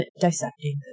dissecting